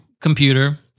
computer